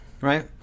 right